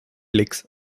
licks